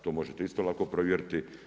To možete isto lako provjeriti.